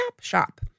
Shop